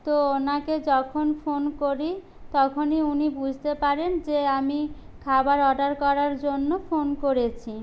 তো ওনাকে যখন ফোন করি তখনই উনি বুঝতে পারেন যে আমি খাবার অর্ডার করার জন্য ফোন করেছি